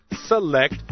select